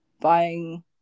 buying